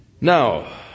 Now